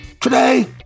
Today